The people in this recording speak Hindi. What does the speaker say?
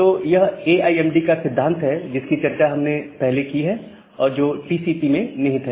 तो यह ए आई एम डी का सिद्धांत है जिसकी चर्चा हमने पहले की है और जो टीसीपी में निहित है